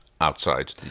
outside